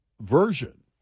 version